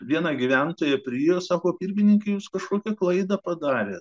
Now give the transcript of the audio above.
viena gyventoja priesakų turgininkėms kažkokią klaidą padarė